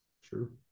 sure